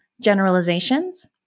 Generalizations